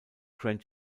grand